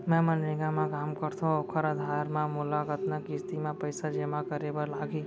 मैं मनरेगा म काम करथो, ओखर आधार म मोला कतना किस्ती म पइसा जेमा करे बर लागही?